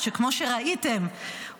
שכמו שראיתם,